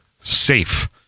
safe